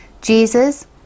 Jesus